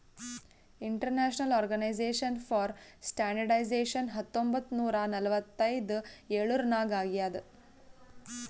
international organization for standardization ಹತ್ತೊಂಬತ್ ನೂರಾ ನಲ್ವತ್ತ್ ಎಳುರ್ನಾಗ್ ಆಗ್ಯಾದ್